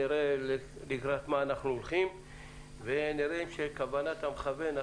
נראה לקראת מה אנחנו הולכים ונראה מה כוונת המכוון.